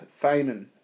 Feynman